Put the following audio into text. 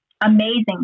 Amazing